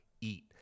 eat